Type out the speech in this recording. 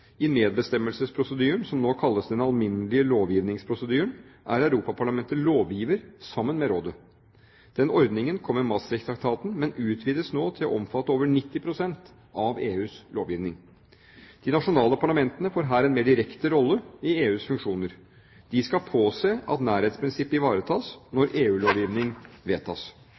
I medbestemmelsesprosedyren, som nå kalles den alminnelige lovgivningsprosedyren, er Europaparlamentet lovgiver, sammen med rådet. Den ordningen kom med Maastricht-traktaten, men utvides nå til å omfatte over 90 pst. av EUs lovgivning. De nasjonale parlamentene får her en mer direkte rolle i EUs funksjoner. De skal påse at nærhetsprinsippet ivaretas når EU-lovgivning vedtas.